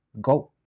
go